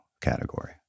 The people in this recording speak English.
category